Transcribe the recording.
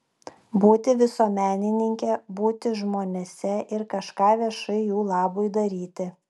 būti visuomenininke būti žmonėse ir kažką viešai jų labui daryti